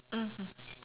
mmhmm